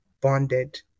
bonded